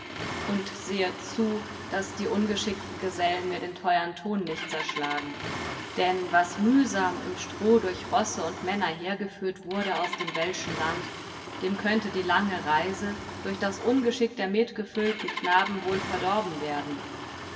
und sehet zu daß die ungeschickten gesellen mir den teuern ton nicht zerschlagen denn was mühsam im stroh durch rosse und männer hergeführt wurde aus dem welschen land dem könnte die lange reise durch das ungeschick der metgefüllten knaben wohl verdorben werden